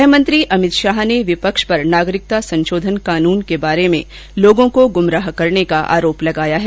गृहमंत्री अमित शाह ने विपक्ष पर नागरिकता संशोधन कानून के बारे में लोगों को गुमराह करने का आरोप लगाया है